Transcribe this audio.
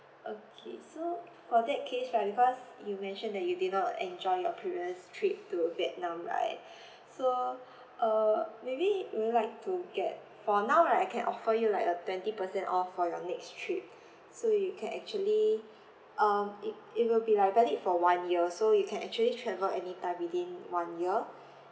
okay so for that case right because you mentioned that you did not enjoy your previous trip to vietnam right so uh maybe you would like to get for now right I can offer you like a twenty percent off for your next trip so you can actually um it it will be like valid for one year so you can actually travel anytime within one year